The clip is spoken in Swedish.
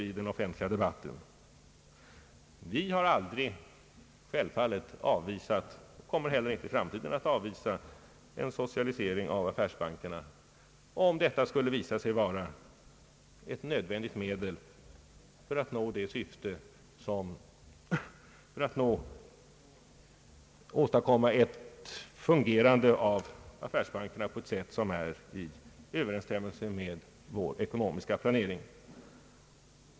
Vi har självfallet aldrig avvisat — och kommer inte heller i framtiden att avvisa — krav på en socialisering av affärsbankerna, om detta skulle visa sig vara ett nödvändigt medel för att åstadkomma att affärsbankerna fungerar i överensstämmelse med vår ekonomiska planering.